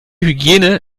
hygiene